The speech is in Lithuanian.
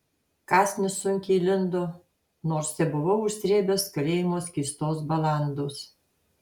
kąsnis sunkiai lindo nors tebuvau užsrėbęs kalėjimo skystos balandos